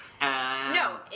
No